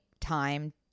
time